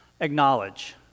acknowledge